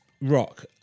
rock